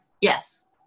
yes